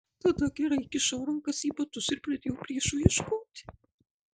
tada gerai įkišau rankas į batus ir pradėjau priešo ieškoti